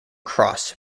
cross